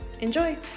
Enjoy